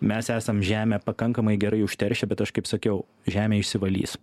mes esam žemę pakankamai gerai užteršę bet aš kaip sakiau žemė išsivalys